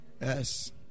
Yes